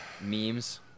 Memes